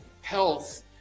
health